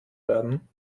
werden